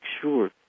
sure